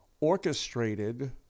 orchestrated